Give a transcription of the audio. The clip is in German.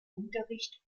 unterricht